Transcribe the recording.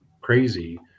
crazy